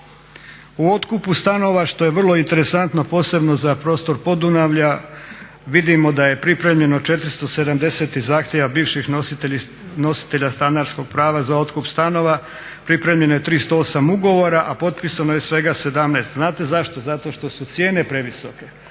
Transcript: U otkupu stanova što je vrlo interesantno posebno za prostor podunavlja, vidimo da je pripremljeno 470 zahtjeva bivših nositelja stanarskog prava za otkup stanova, pripremljeno je 38 ugovora a potpisano je svega 17. Znate zašto? Zato što su cijene previsoke,